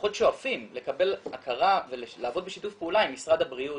לפחות שואפים לקבל הכרה ולעבוד בשיתוף פעולה עם משרד הבריאות,